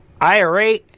IRA